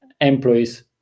employees